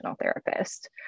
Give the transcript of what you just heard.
therapist